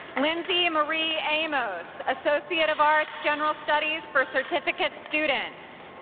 lindsey marie amos, associate of arts, general studies for certificate students.